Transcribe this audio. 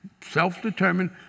self-determined